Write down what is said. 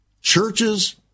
Churches